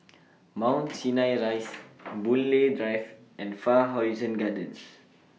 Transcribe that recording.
Mount Sinai Rise Boon Lay Drive and Far Horizon Gardens